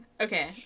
Okay